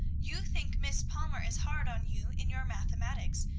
you think miss palmer is hard on you in your mathematics,